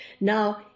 Now